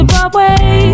Broadway